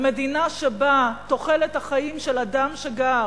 מדינה שבה תוחלת החיים של אדם שגר